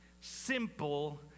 simple